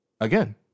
Again